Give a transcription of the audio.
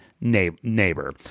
Neighbor